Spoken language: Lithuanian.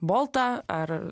boltą ar